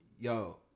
Yo